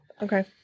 Okay